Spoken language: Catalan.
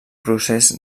procés